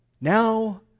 Now